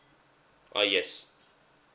uh yes